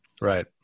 Right